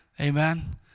Amen